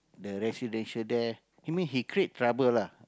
the residential there he mean he create trouble lah